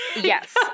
Yes